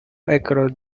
across